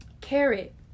Carrot